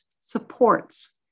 supports